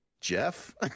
Jeff